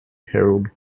herald